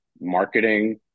marketing